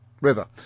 river